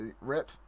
rip